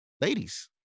Ladies